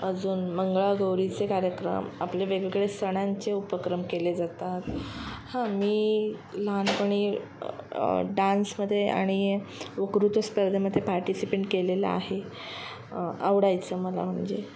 अजून मंगळागौरीचे कार्यक्रम आपले वेगवेगळे सणांचे उपक्रम केले जातात हां मी लहानपणी डान्समध्ये आणि वक्तृत्व स्पर्धेमधे पार्टिसिपंट केलेलं आहे आवडायचं मला म्हणजे